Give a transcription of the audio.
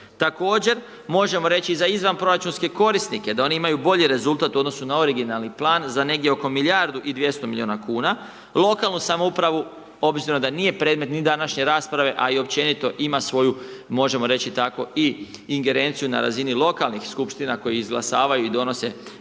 Također možemo reći za izvanproračunske korisnike da oni imaju bolji rezultat u odnosu na originalni plan za negdje oko milijardu i 200 milijuna kuna. Lokalnu samoupravu obzirom da nije ni predmet današnje rasprave, a i općenito ima svoju, možemo reći tako, i ingerenciju na razini lokalnih skupština koje izglasavaju i donose